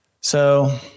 So-